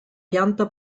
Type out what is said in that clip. pianta